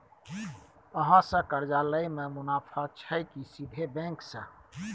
अहाँ से कर्जा लय में मुनाफा छै की सीधे बैंक से?